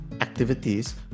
activities